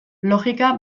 logika